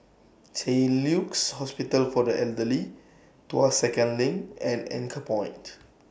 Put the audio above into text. Saint Luke's Hospital For The Elderly Tuas Second LINK and Anchorpoint